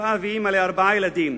נשואה ואמא לארבעה ילדים,